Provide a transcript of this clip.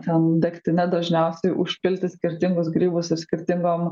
ten degtine dažniausiai užpilti skirtingus grybus ir skirtingom